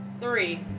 three